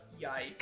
yikes